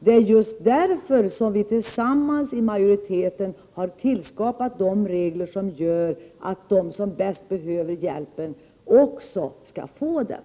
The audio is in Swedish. Det är just därför som vi tillsammans i majoriteten har tillskapat regler som gör att de som bäst behöver hjälpen också skall få den.